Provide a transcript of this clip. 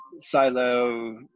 silo